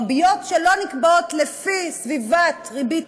ריביות שלא נקבעות לפי סביבת ריבית